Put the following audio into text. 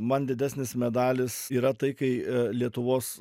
man didesnis medalis yra tai kai lietuvos